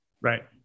right